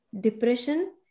Depression